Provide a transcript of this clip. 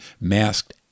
masked